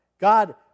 God